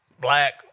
Black